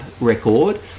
record